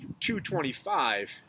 225